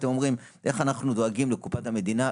ואתם אומרים: איך אנחנו דואגים לקופת המדינה,